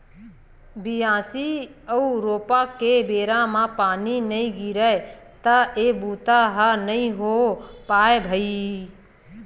बियासी अउ रोपा के बेरा म पानी नइ गिरय त ए बूता ह नइ हो पावय भइर